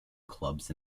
clubs